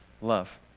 love